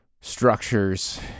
structures